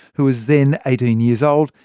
who was then eighteen years old,